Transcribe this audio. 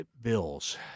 Bills